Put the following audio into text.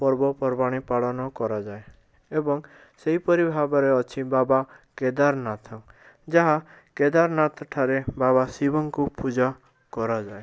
ପର୍ବପର୍ବାଣି ପାଳନ କରାଯାଏ ଏବଂ ସେହିପରି ଭାବରେ ଅଛି ବାବା କେଦାରନାଥ ଯାହା କେଦାରନାଥ ଠାରେ ବାବା ଶିବଙ୍କୁ ପୂଜା କରାଯାଏ